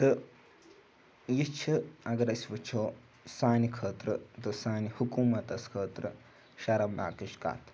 تہٕ یہِ چھِ اگر أسۍ وٕچھو سانہِ خٲطرٕ تہٕ سانہِ حکوٗمَتَس خٲطرٕ شَرمناکٕچ کَتھ